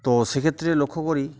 তো সেক্ষেত্রে লক্ষ্য করি